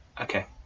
Okay